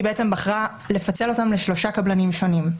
היא בחרה לפצל אותן לשלושה קבלנים שונים.